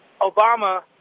Obama